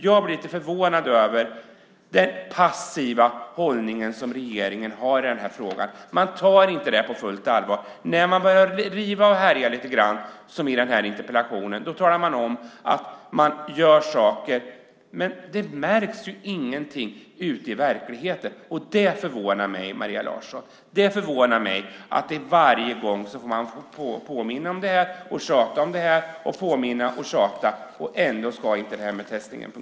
Jag blev lite förvånad över den passiva hållning som regeringen har i den här frågan. Man tar inte detta på fullt allvar. När man börjar riva och härja lite, som i den här interpellationsdebatten, talar man om att man gör saker, men det märks ju ingenting ute i verkligheten. Det förvånar mig, Maria Larsson. Hela tiden får man påminna och tjata, och ändå fungerar inte detta med testningen.